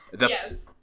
Yes